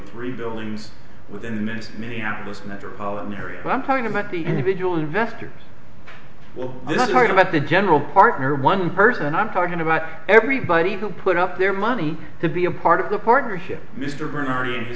three buildings within minneapolis metropolitan area but i'm talking about the individual investors will not talk about the general partner one person i'm talking about everybody will put up their money to be a part of the partnership mr byrne are in